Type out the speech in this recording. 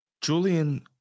Julian